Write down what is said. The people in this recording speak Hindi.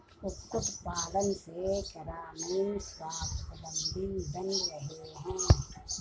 कुक्कुट पालन से ग्रामीण स्वाबलम्बी बन रहे हैं